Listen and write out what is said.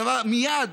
מייד,